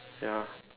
ya